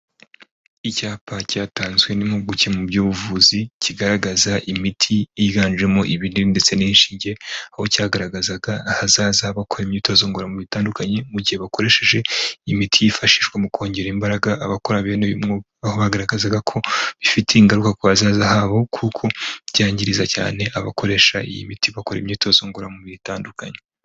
Icyapa cyatanzwe n'impuguke mu by'ubuvuzi kigaragaza imiti yiganjemo ibiri ndetse n'inshinge aho cyagaragazaga ahazaza bakora imyitozo ngororamubiri itandukanye mu gihe bakoresheje imiti yifashishwa mu kongera imbaraga abakora bene mwuga aho bagaragazaga ko bifite ingaruka kuzaza habo kuko byangiza cyane abakoresha iyi miti bakora imyitozo ngororamubiri itandukanye.